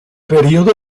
periodo